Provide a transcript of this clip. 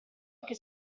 anche